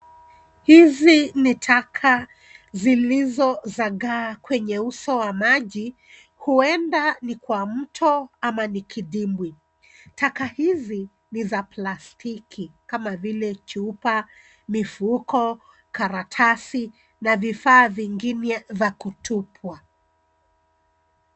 Hizi ni taka zilizozagaa kwenye uso wa maji huenda ni kwa mto ama ni kidibwi. Taka hizi ni za plastiki kama vile chupa, mifuko, karatasi na vifaa vingine vya kutupa.